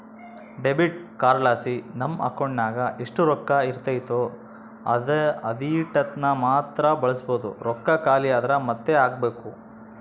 debit ಕಾರ್ಡ್ಲಾಸಿ ನಮ್ ಅಕೌಂಟಿನಾಗ ಎಷ್ಟು ರೊಕ್ಕ ಇರ್ತತೋ ಅದೀಟನ್ನಮಾತ್ರ ಬಳಸ್ಬೋದು, ರೊಕ್ಕ ಖಾಲಿ ಆದ್ರ ಮಾತ್ತೆ ಹಾಕ್ಬಕು